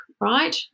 right